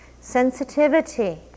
sensitivity